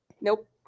Nope